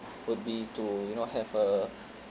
will be to you know have a